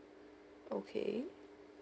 okay